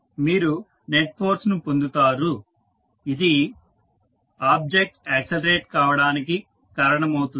మీరు net force ను పొందుతారు ఇది ఆబ్జెక్ట్ యాక్సెలరేట్ అవడానికి కారణమవుతుంది